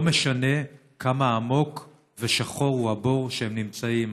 לא משנה כמה עמוק ושחור הוא הבור שבו הוא נמצאים.